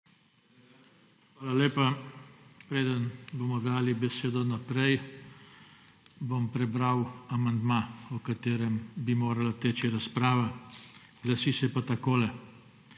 Hvala lepa. Preden bomo dali besedo naprej, bom prebral amandma, o katerem bi morala teči razprava. Glasi se takole: